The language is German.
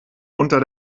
unter